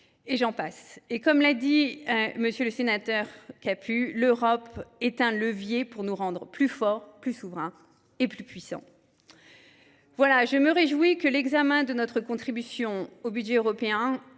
à énumérer. Comme l’a dit M. le sénateur Capus, l’Europe est un levier pour nous rendre plus forts, plus souverains et plus puissants. En conclusion, je me réjouis que l’examen de notre contribution au budget européen